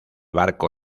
barco